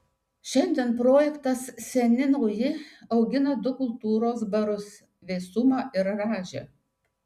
šiandien projektas seni nauji augina du kultūros barus vėsumą ir rąžę